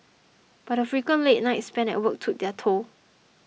but the frequent late nights spent at work took their toll